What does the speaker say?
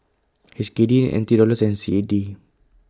H K D N T Dollars and C A D